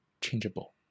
changeable